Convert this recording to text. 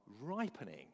ripening